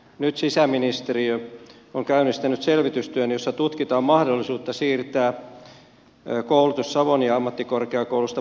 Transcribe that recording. nyt sisäministeriö on käynnistänyt selvitystyön jossa tutkitaan mahdollisuutta siirtää koulutus savonia ammattikorkeakoulusta poliisiammattikorkeakoulun vastuulle